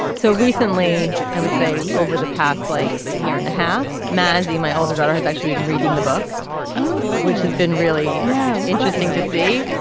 so recently i would say over the past like year and a half magazine my older daughter has actually been reading the book which has been really yeah interesting to see.